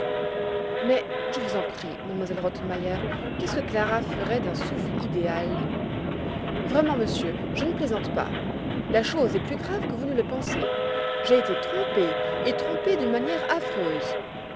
mais je vous en prie m elle rottenmeier qu'est-ce que clara ferait d'un souffle idéal vraiment monsieur je ne plaisante pas la chose est plus grave que vous ne le pensez j'ai été trompée et trompée d'une manière affreuse